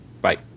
Bye